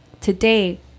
Today